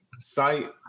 site